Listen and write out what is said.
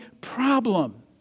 problem